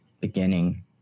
beginning